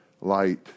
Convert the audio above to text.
light